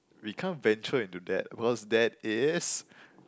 we can't venture into that because that is